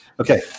okay